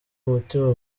umutima